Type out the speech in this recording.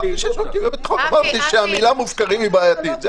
אמרתי שהמילה מופקרים היא בעייתית.